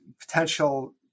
potential